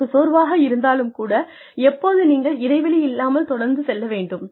உங்களுக்குச் சோர்வாக இருந்தாலும் கூட எப்போது நீங்கள் இடைவெளி இல்லாமல் தொடர்ந்து செல்ல வேண்டும்